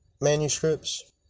manuscripts